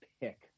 pick